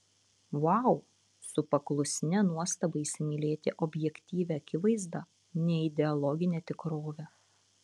vau su paklusnia nuostaba įsimylėti objektyvią akivaizdą neideologinę tikrovę